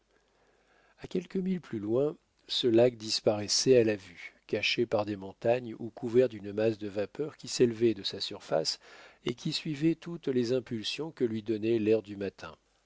à quelques milles plus loin ce lac disparaissait à la vue caché par des montagnes ou couvert d'une masse de vapeurs qui s'élevaient de sa surface et qui suivaient toutes les impulsions que lui donnait l'air du matin